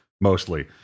mostly